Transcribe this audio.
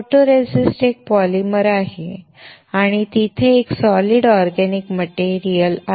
photoresist एक polymer आहे आणि एक सॉलिड ऑर्गेनिक मटेरियल आहे